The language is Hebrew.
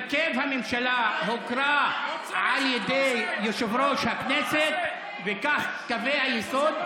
הרכב הממשלה הוקרא על ידי יושב-ראש הכנסת וכן קווי היסוד.